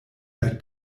der